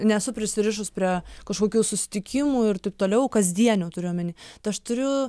nesu prisirišus prie kažkokių susitikimų ir taip toliau kasdienių turiu omeny aš turiu